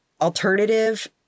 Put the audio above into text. alternative